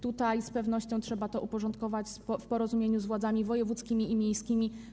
Tutaj z pewnością trzeba to uporządkować w porozumieniu z władzami wojewódzkimi i miejskimi.